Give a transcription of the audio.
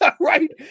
right